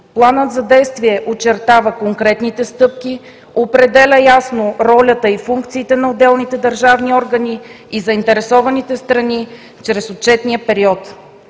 Планът за действие очертава конкретните стъпки, определя ясно ролята и функциите на отделните държавни органи и заинтересованите страни чрез отчетния период.